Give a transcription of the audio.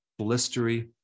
blistery